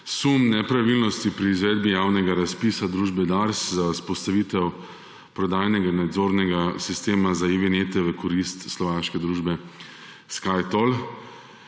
sum nepravilnosti pri izvedbi javnega razpisa družbe Dars za vzpostavitev prodajnega nadzornega sistema za e-vinjete v korist slovaške družbe Skytoll.